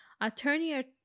Attorney